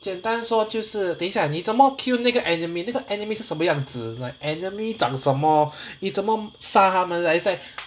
简单说就是等一下你怎么 kill 那个 enemy 那个 enemy 是什么样子 like enemy 长什么你怎么杀他们来